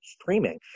streaming